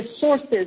sources